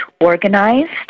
organized